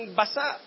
basa